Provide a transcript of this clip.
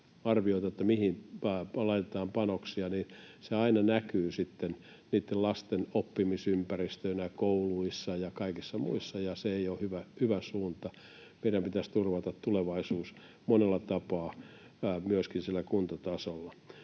arvioita, mihin laitetaan panoksia, niin se aina näkyy sitten niitten lasten oppimisympäristöinä kouluissa ja kaikissa muissa, ja se ei ole hyvä suunta. Meidän pitäisi turvata tulevaisuus monella tapaa myöskin siellä kuntatasolla.